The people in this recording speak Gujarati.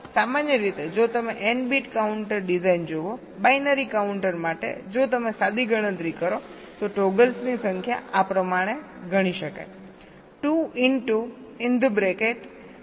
હવે સામાન્ય રીતે જો તમે n બીટ કાઉન્ટર ડિઝાઇન જુઓ બાઈનરી કાઉન્ટર માટે જો તમે સાદી ગણતરી કરો તો ટોગલ્સની સંખ્યા આ પ્રમાણે ગણી શકાય